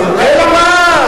אלא מה?